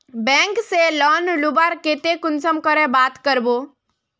Bank से loan लुबार केते कुंसम करे बात करबो?